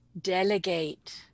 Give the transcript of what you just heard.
delegate